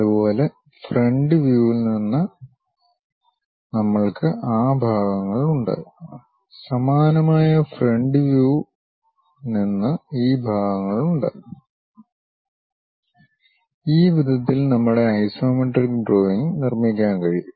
അതുപോലെ ഫ്രണ്ട് വ്യൂവിൽ നിന്ന് നമ്മൾക്ക് ആ ഭാഗങ്ങളുണ്ട് സമാനമായ ഫ്രണ്ട് വ്യൂ നിന്ന് ഈ ഭാഗങ്ങളുണ്ട് ഈ വിധത്തിൽ നമ്മുടെ ഐസോമെട്രിക് ഡ്രോയിംഗ് നിർമ്മിക്കാൻ കഴിയും